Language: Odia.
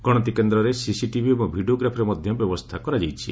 ଗଶତିକେନ୍ଦ୍ରରେ ସିସିଟିଭି ଏବଂ ଭିଡ଼ିଓଗ୍ରାଫିର ମଧ ବ୍ୟବସ୍କା କରାଯାଇଛି